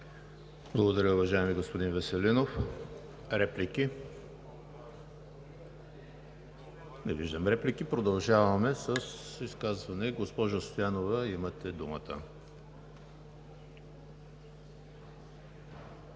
Благодаря Ви, уважаеми господин Веселинов. Реплики? Няма. Продължаваме с изказване. Госпожо Стоянова, имате думата.